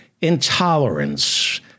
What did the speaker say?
intolerance